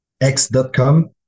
x.com